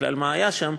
בכלל מה היה שם,